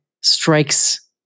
strikes